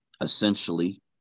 essentially